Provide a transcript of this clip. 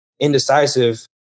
indecisive